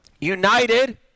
united